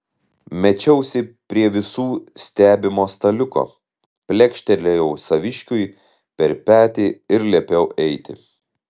mečiausi prie visų stebimo staliuko plekštelėjau saviškiui per petį ir liepiau eiti